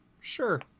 sure